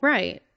Right